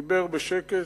דיבר בשקט,